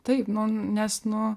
taip nes nu